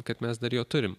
kad mes dar jo turim